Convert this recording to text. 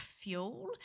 fuel